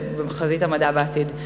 באמת היותנו מעצמה מדעית היום מוטל בסכנה.